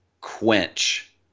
quench